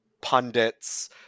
pundits